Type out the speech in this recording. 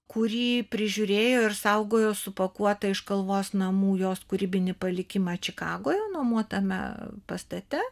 kurį prižiūrėjo ir saugojo supakuotą iš kalvos namų jos kūrybinį palikimą čikagoje nuomotame pastate